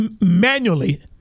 manually